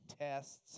tests